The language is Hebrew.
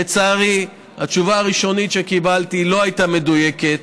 לצערי, התשובה הראשונית שקיבלתי לא הייתה מדויקת,